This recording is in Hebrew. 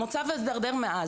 המצב התדרדר מאז.